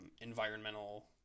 environmental